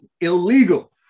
illegal